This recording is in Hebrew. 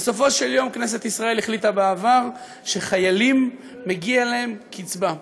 בסופו של יום כנסת ישראל החליטה בעבר שלחיילים מגיעה קצבה,